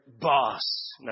boss